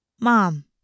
Mom